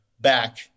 back